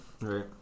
Right